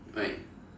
right